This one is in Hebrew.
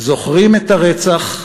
"זוכרים את הרצח,